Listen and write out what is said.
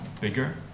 bigger